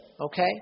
Okay